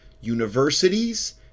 universities